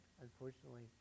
Unfortunately